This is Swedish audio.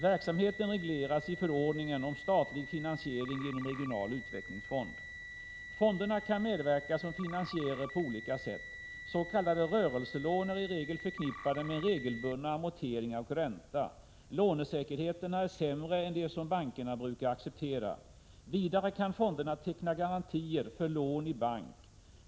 Verksamheten regleras i förordningen om statlig finansiering genom regional utvecklingsfond. Fonderna kan medverka som finansiärer på olika sätt. S. k. rörelselån är i regel förknippade med regelbundna amorteringar och ränta. Lånesäkerheterna är sämre än de som bankerna brukar acceptera. Vidare kan fonderna teckna garantier för lån i bank.